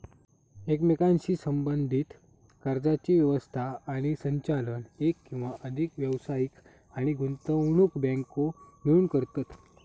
एकमेकांशी संबद्धीत कर्जाची व्यवस्था आणि संचालन एक किंवा अधिक व्यावसायिक आणि गुंतवणूक बँको मिळून करतत